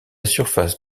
surface